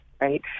Right